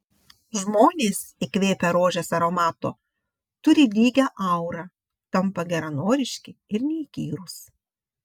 žmonės įkvėpę rožės aromato turi lygią aurą tampa geranoriški ir neįkyrūs